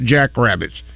Jackrabbits